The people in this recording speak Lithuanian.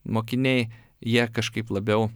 mokiniai jie kažkaip labiau